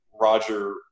Roger